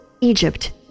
Egypt